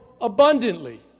abundantly